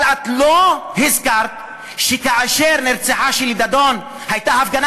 אבל את לא הזכרת שכאשר נרצחה שלי דדון הייתה הפגנה